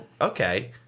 Okay